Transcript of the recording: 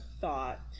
thought